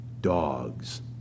dogs